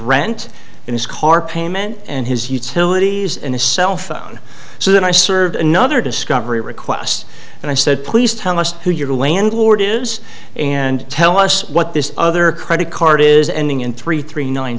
rent and his car payment and his utilities and his cell phone so that i served another discovery requests and i said please tell us who your landlord is and tell us what this other credit card is ending in three three nine